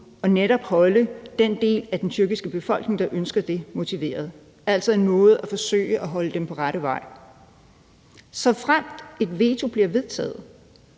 og netop holde den del af den tyrkiske befolkning, der ønsker det, motiveret, altså en måde at forsøge at holde dem på rette vej på. Såfremt et veto bliver vedtaget,